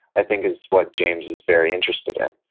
i think, is what james is very interested in,